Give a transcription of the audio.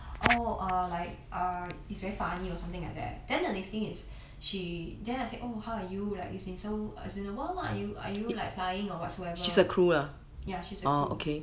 she said like oh err like err it's very funny or something like that then the next thing is she then I said oh how are you like it's been so it's been a while lah are you are you like flying or whatsoever ya she's a crew